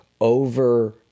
over